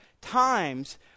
times